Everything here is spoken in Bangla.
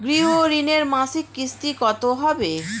গৃহ ঋণের মাসিক কিস্তি কত হবে?